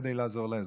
כדי לעזור לאזרח.